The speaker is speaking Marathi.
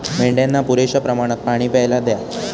मेंढ्यांना पुरेशा प्रमाणात पाणी प्यायला द्या